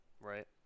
right